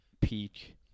peak